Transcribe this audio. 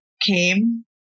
came